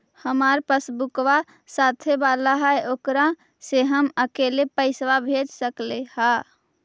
हमार पासबुकवा साथे वाला है ओकरा से हम अकेले पैसावा भेज सकलेहा?